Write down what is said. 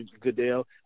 Goodell